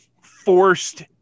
forced